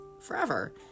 forever